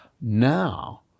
now